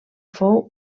fou